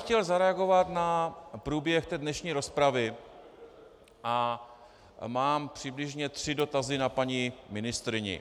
Chtěl bych zareagovat na průběh dnešní rozpravy a mám přibližně tři dotazy na paní ministryni.